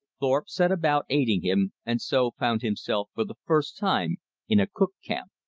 thorpe set about aiding him, and so found himself for the first time in a cook camp.